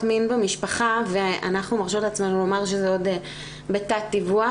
מין במשפחה ואנחנו מרשות לעצמנו לומר שזה עוד בתת דיווח,